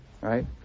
right